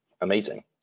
Amazing